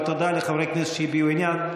תודה לחברי כנסת שהביעו עניין.